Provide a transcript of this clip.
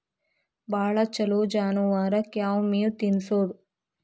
ಭಾಳ ಛಲೋ ಜಾನುವಾರಕ್ ಯಾವ್ ಮೇವ್ ತಿನ್ನಸೋದು?